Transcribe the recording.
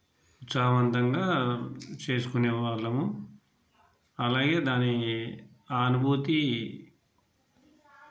ఉత్సాహవంతంగా చేసుకునే వాళ్ళము అలాగే దాని అనుభూతి